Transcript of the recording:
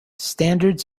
standards